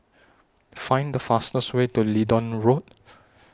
Find The fastest Way to Leedon Road